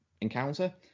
encounter